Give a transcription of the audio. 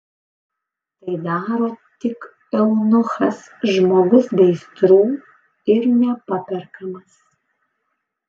tai daro tik eunuchas žmogus be aistrų ir nepaperkamas